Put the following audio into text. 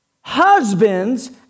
Husbands